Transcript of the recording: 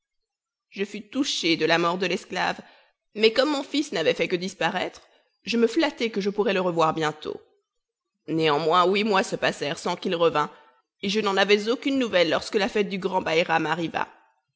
je fus touché de la mort de l'esclave mais comme mon fils n'avait fait que disparaître je me flattai que je pourrais le revoir bientôt néanmoins huit mois se passèrent sans qu'il revînt et je n'en avais aucune nouvelle lorsque la fête du grand baïram arriva